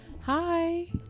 Hi